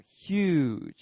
huge